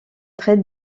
trait